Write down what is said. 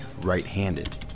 right-handed